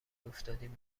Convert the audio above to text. افتادیم